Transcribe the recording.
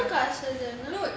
காசு வேணும்:kaasu venum